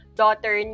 daughter